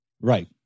Right